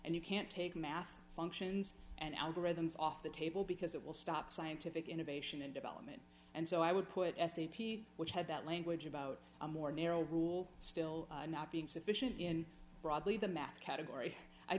and you can't take math functions and algorithms off the table because it will stop scientific innovation and development and so i would put s a p t which had that language about a more narrow rule still not being sufficient in broadly the math category i